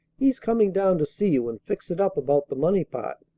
he's coming down to see you and fix it up about the money part.